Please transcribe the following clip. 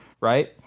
right